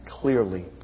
clearly